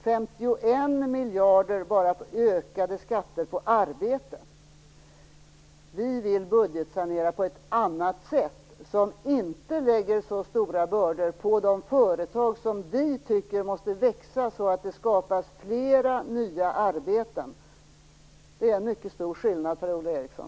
51 miljarder kommer från ökade skatter bara på arbete. Vi vill budgetsanera på ett annat sätt som inte lägger så stora bördor på de företag som vi tycker måste växa så att det skapas flera nya arbeten. Det är en mycket stor skillnad, Per-Ola Eriksson.